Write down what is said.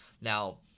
Now